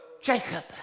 Jacob